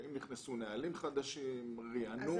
אם נכנסו נהלים חדשים, ריענון.